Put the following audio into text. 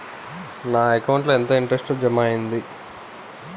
నా అకౌంట్ ల ఎంత ఇంట్రెస్ట్ జమ అయ్యింది?